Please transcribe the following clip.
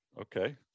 Okay